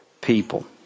people